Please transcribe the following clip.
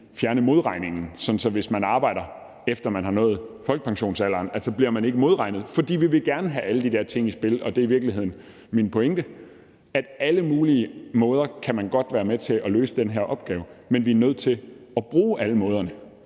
fjerne modregningen, sådan at hvis man arbejder, efter man har nået folkepensionsalderen, bliver man ikke modregnet. Vi vil gerne have alle de der ting i spil, og det er i virkeligheden min pointe. Man kan godt på alle mulige måder være med til at løse den her opgave, men vi er nødt til at bruge alle måderne,